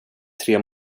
tre